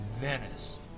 Venice